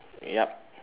yup